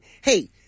hey